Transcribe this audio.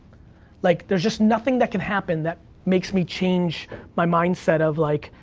like, there's just nothing that can happen that makes me change my mindset of like,